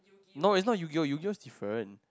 no it's not Yu-Gi-Oh Yu-Gi-Oh is different